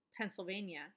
Pennsylvania